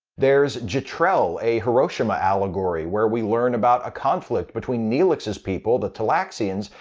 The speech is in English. there's jetrel, a hiroshima allegory where we learn about a conflict between neelix's people, the talaxians,